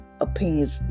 opinions